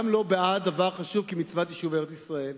גם לא בעד דבר חשוב כמצוות יישוב ארץ-ישראל.